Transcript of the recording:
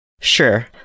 Sure